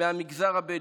מהמגזר הבדואי.